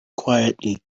quietly